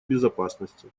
безопасности